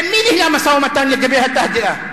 עם מי ניהלה משא-ומתן לגבי ה"תהדיה"?